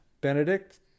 Benedict